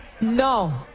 No